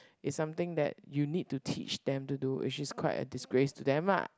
it's something that you need to teach them to do which is quite a disgrace to them lah